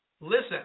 Listen